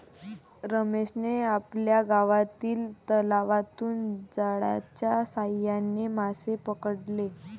रमेशने आपल्या गावातील तलावातून जाळ्याच्या साहाय्याने मासे पकडले